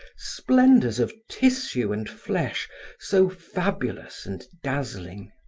splendors of tissue and flesh so fabulous and dazzling.